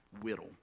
Whittle